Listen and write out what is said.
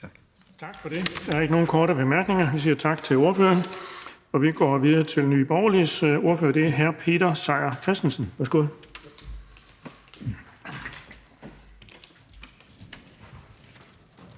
Tak for det. Der er ikke nogen korte bemærkninger. Vi siger tak til ordføreren, og vi går videre til Nye Borgerliges ordfører. Det er hr. Peter Seier Christensen. Værsgo.